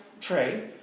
tray